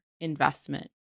investment